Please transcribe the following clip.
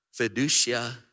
fiducia